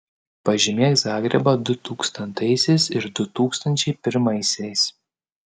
pažymėk zagrebą du tūkstantaisiais ir du tūkstančiai pirmaisiais